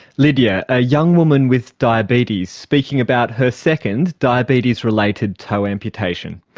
lydija, a young woman with diabetes, speaking about her second diabetes related toe amputation.